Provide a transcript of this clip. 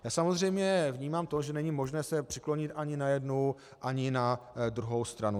Já samozřejmě vnímám to, že není možné se přiklonit ani na jednu ani na druhou stranu.